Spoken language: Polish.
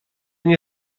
nie